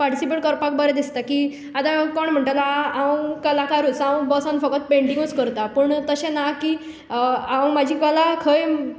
participate करपाक बरें दिसता की आतां कोण म्हणटलो हांव कलाकारुच हांव बसून फकत पँटिंगूच करतां पूण तशें ना की हांव म्हजी कला खंय